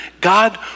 God